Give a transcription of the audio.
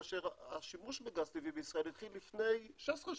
כאשר השימוש בגז טבעי בישראל התחיל לפני 16 שנים.